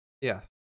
Yes